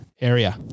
area